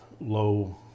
low